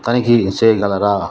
తనిఖీ చేయగలరా